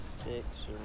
six